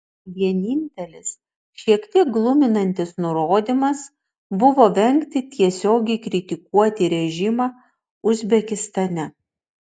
vienintelis šiek tiek gluminantis nurodymas buvo vengti tiesiogiai kritikuoti režimą uzbekistane